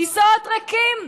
כיסאות ריקים.